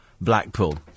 Blackpool